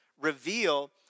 reveal